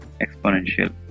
exponential